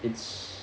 it's